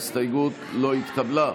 ההסתייגות לא התקבלה.